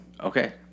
Okay